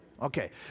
Okay